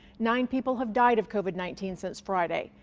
nine people have died of covid nineteen since friday,